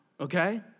okay